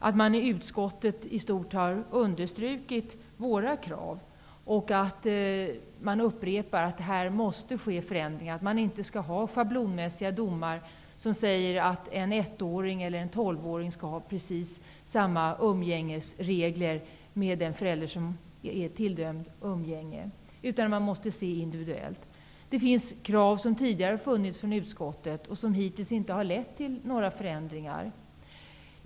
Man har i utskottet i stort understrukit våra krav, och man upprepar att måste ske förändringar här. Det skall inte finnas schablonmässiga domar som innebär att en ettåring eller tolvåring skall ha precis samma umgängesregler med den förälder som är tilldömd umgänge, utan man måste se det individuellt. Det finns och har tidigare funnits krav från utskottet som inte har lett till några förändringar.